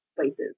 places